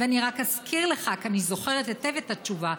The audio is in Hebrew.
אזכיר לך, כי אני זוכרת היטב את התשובה,